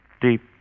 deep